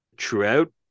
throughout